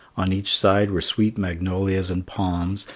on each side were sweet magnolias and palms,